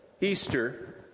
Easter